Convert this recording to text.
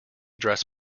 dress